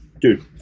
Dude